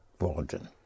Worden